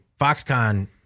Foxconn